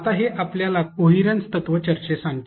आता हे आपल्याला कोहिरन्स तत्त्व चर्चेस आणते